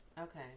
okay